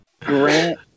Grant